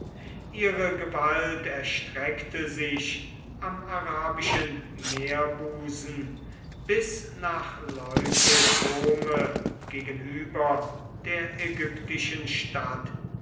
ihre gewalt erstreckte sich am arabischen meerbusen bis nach leuke kome gegenüber der ägyptischen stadt